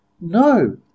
No